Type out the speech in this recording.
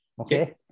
Okay